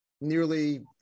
nearly